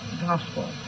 gospel